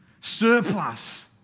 surplus